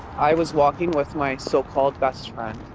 i was walking with my so-called best friend